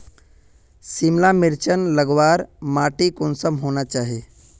सिमला मिर्चान लगवार माटी कुंसम होना चही?